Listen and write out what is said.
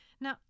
Now